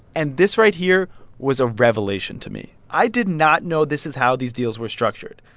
and this right here was a revelation to me. i did not know this is how these deals were structured.